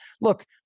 Look